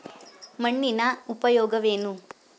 ಮಣ್ಣಿನ ಉಪಯೋಗವೇನು?